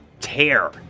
tear